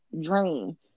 dream